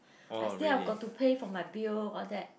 I say I got to pay for my bill all that